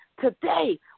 Today